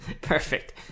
Perfect